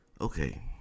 Okay